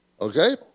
Okay